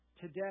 today